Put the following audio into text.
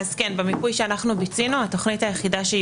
במיפוי שאנחנו ביצענו התכנית היחידה שהיא